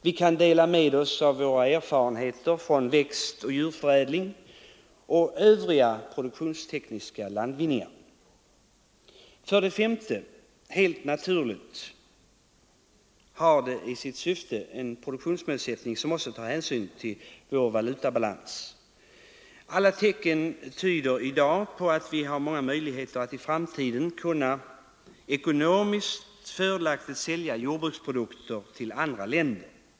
Vi kan dela med oss av våra erfarenheter från växtoch djurförädling och av våra produktionstekniska landvinningar. För det femte har jordbruket helt naturligt en produktionsmålsättning som också tar hänsyn till vår valutabalans. Och alla tecken tyder i dag på att vi har många möjligheter att i framtiden ekonomiskt fördelaktigt sälja våra jordbruksprodukter till andra länder.